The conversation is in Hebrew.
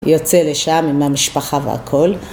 יוצא לשם עם המשפחה והכל.